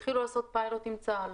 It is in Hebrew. התחילו לעשות פיילוט עם צה"ל,